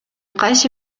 кайсы